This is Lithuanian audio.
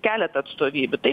keletą atstovybių tai